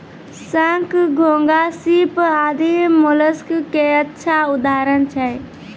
शंख, घोंघा, सीप आदि मोलस्क के अच्छा उदाहरण छै